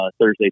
Thursday